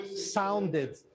sounded